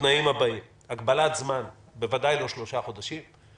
בתנאים הבאים: הגבלת זמן, בוודאי לא שלושה חודשים.